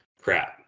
crap